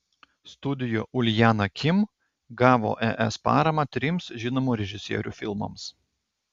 studio uljana kim gavo es paramą trims žinomų režisierių filmams